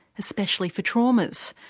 especially for traumas?